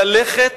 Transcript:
ללכת